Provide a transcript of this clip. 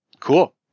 cool